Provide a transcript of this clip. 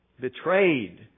Betrayed